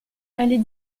allez